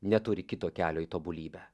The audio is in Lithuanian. neturi kito kelio į tobulybę